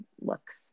looks